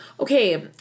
Okay